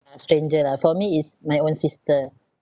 a stranger lah for me is my own sister